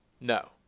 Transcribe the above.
no